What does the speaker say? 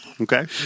Okay